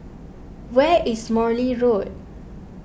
where is Morley Road